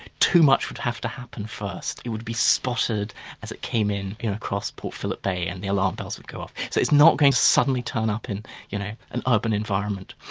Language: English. too much would have to happen first it would be spotted as it came in in across port phillip bay and the alarm bells would go off, so it's not going to suddenly turn up in you know an urban environment.